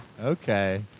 Okay